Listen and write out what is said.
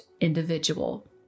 individual